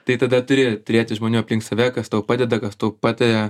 tai tada turi turėti žmonių aplink save kas tau padeda kas tau pataria